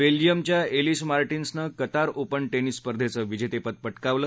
बेल्जियमच्या एलीस मार्टिक्सनं Qatar open मिस स्पर्धेचं विजेतेपद पक्रावलं